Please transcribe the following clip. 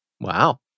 Wow